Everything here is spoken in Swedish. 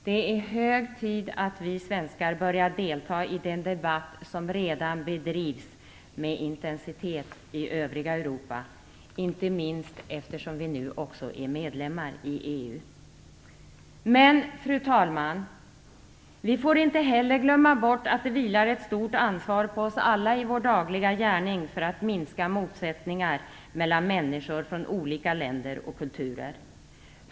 Det är hög tid att vi svenskar börjar delta i den debatt som redan bedrivs med intensitet i övriga Europa, inte minst eftersom vi nu också är medlemmar i Men, fru talman, vi får inte heller glömma bort att det vilar ett stort ansvar på oss alla i vår dagliga gärning för att minska motsättningar mellan människor från olika länder och kulturer.